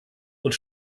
und